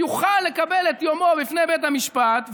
הוא יוכל לקבל את יומו בפני בית המשפט,